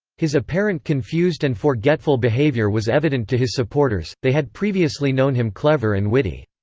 his apparent confused and forgetful behavior was evident to his supporters they had previously known him clever and witty.